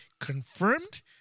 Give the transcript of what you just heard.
confirmed